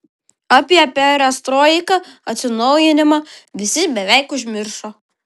apie perestroiką atsinaujinimą visi beveik užmiršo